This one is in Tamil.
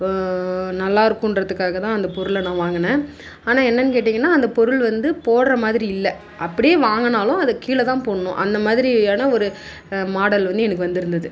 நல்லாயிருக்குன்றதுக்காக தான் அந்த பொருளை நான் வாங்கினேன் ஆனால் என்னென் கேட்டிங்கனால் அந்த பொருள் வந்து போடுற மாதிரி இல்லை அப்படியே வாங்கினாலும் அது கீழே தான் போடணும் அந்த மாதிரியான ஒரு மாடல் வந்து எனக்கு வந்திருந்தது